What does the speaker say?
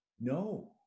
No